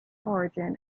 origin